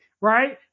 right